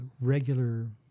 regular